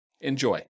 Enjoy